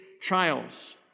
trials